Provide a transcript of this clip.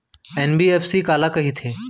NBFC काला कहिथे?